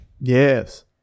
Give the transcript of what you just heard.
Yes